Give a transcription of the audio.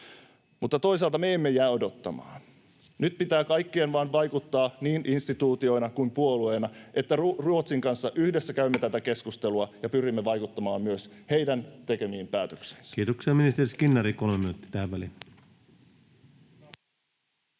mutta toisaalta me emme jää odottamaan. Nyt pitää kaikkien vain vaikuttaa niin instituutiona kuin puolueina siihen, että Ruotsin kanssa yhdessä käymme tätä keskustelua ja pyrimme vaikuttamaan myös heidän tekemiinsä päätöksiin. [Sebastian Tynkkynen: Hyvä